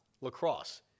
Lacrosse